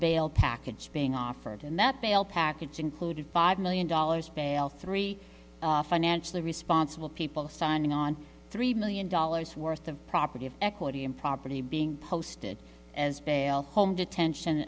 bail package being offered and that bail package included five million dollars bail three financially responsible people signing on three million dollars worth of property of equity and property being posted as bail home detention